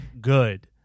good